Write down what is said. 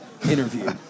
interview